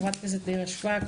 חברת הכנסת נירה שפק ,